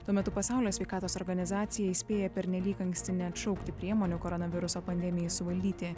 tuo metu pasaulio sveikatos organizacija įspėja pernelyg anksti neatšaukti priemonių koronaviruso pandemijai suvaldyti